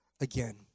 again